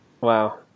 wow